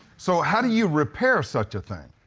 so, how do you repair such a thing?